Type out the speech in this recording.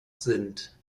sind